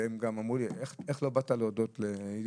אמרו לי: איך לא באת להודות לעידית?